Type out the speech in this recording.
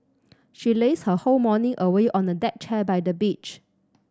she lazed her whole morning away on a deck chair by the beach